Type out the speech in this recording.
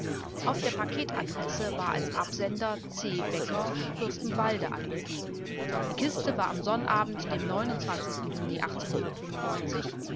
auf der paketadresse war als absender c becker fürstenwalde angegeben die kiste war am sonnabend dem juni